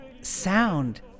sound